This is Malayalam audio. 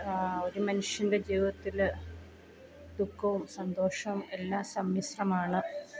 ഒരു മനുഷ്യൻ്റെ ജീവിതത്തിൽ ദുഃഖവും സന്തോഷം എല്ലാം സമ്മിശ്രമാണ്